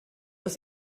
aus